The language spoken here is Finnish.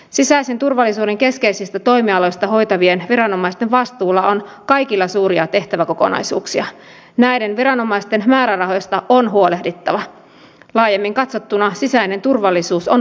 sisäisen turvallisuuden keskeisistä toimialoista hoitavien tämä haaste on paljon suurempi kuin meillä tähän asti kotouttamisen osalta on huolehdittava laajemmin katsottuna sisäinen turvallisuus ollut